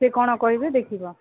ସିଏ କଣ କହିବେ ଦେଖିବା